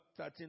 13